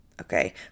okay